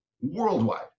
worldwide